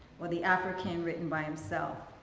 or the african, written by himself.